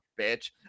bitch